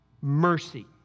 mercy